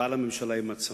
והיא באה אל הממשלה עם הצעות,